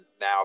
now